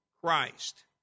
Christ